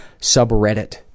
subreddit